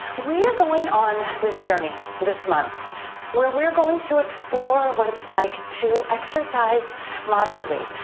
we are going on this journey this month where we're going to explore what it's like to exercise moderately.